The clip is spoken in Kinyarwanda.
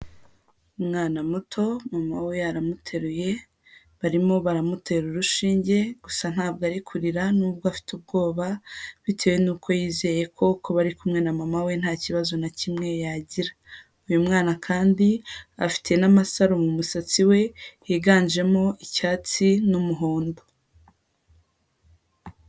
Umwana muto mama we aramuteruye barimo baramutera urushinge, gusa ntabwo ari kurira nubwo afite ubwoba bitewe nuko yizeye ko kuba ari kumwe na mama we nta kibazo na kimwe yagira, uyu mwana kandi afite n'amasaro mu musatsi we yiganjemo icyatsi n'umuhondo.